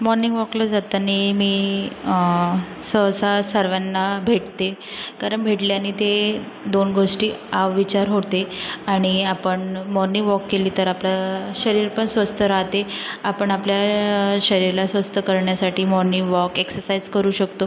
morning वॉकला जाताने मी सहसा सर्वांना भेटते कारण भेटल्याने ते दोन गोष्टी आ विचार होते आणि आपण मॉर्निंग वॉक केले तर आपलं शरीर पण स्वस्थ राहते आपण आपल्या शरीराला स्वस्थ करण्यासाठी मॉर्निंग वॉक एक्सरसाईज करू शकतो